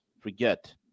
forget